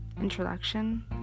introduction